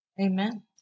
Amen